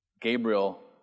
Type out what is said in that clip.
Gabriel